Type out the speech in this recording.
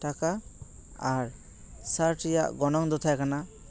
ᱴᱟᱠᱟ ᱟᱨ ᱥᱟᱨᱴ ᱨᱮᱭᱟᱜ ᱜᱚᱱᱚᱝ ᱫᱚ ᱛᱟᱦᱮᱸ ᱠᱟᱱᱟ